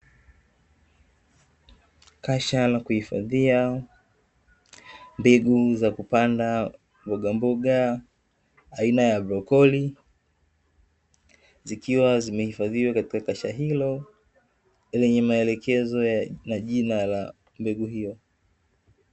Kasha la kuhifadhia mbegu za kupanda mbogamboga aina ya agropoli, zikiwa zimehifadhiwa katika kasha hilo lenye maelekezo na jina la mbegu hiyo